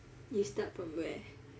you start from where